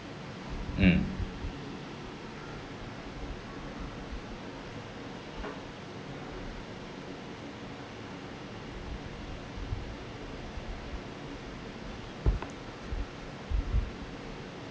mm